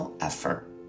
effort